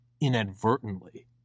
inadvertently